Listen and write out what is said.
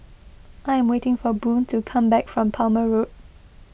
I am waiting for Boone to come back from Palmer Road